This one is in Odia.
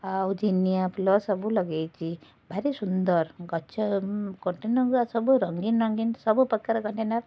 ଆଉ ଜିନିଆଫୁଲ ସବୁ ଲଗାଇଛି ଭାରି ସୁନ୍ଦର ଗଛ କଣ୍ଟେନର୍ ଗୁଡ଼ା ସବୁ ରଙ୍ଗୀନ ରଙ୍ଗୀନ ସବୁପ୍ରକାର କଣ୍ଟେନର୍